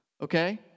okay